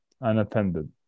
unattended